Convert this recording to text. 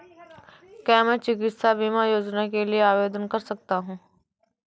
क्या मैं चिकित्सा बीमा योजना के लिए आवेदन कर सकता हूँ?